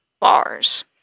bars